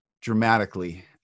dramatically